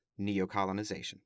neocolonization